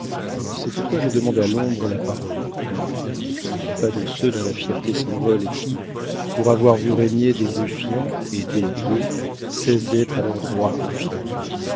c'est pourquoi je demande à l'ombre la parole je ne suis pas de ceux dont la fierté s'envole et qui pour avoir vu régner des ruffians et des gueux cessent d'être à leur droit confiants